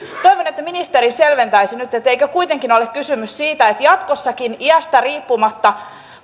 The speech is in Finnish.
toivon että ministeri selventäisi nyt eikö kuitenkin ole kysymys siitä että jatkossakin iästä riippumatta